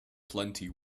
plenty